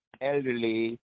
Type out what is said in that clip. elderly